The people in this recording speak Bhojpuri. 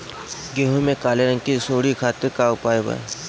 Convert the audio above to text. गेहूँ में काले रंग की सूड़ी खातिर का उपाय बा?